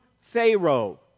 Pharaoh